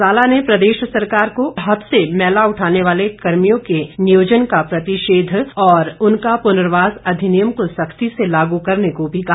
जाला ने प्रदेश सरकार को हाथ से मैला उठाने वाले कर्मियों के नियोजन का प्रतिषेध और उनका पुर्नवास अधिनियम को सख्ती से लागू करने को भी कहा